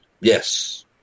Yes